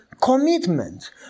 commitment